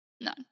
None